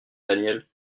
daniel